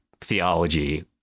theology